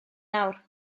nawr